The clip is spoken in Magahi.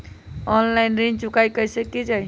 ऑनलाइन ऋण चुकाई कईसे की ञाई?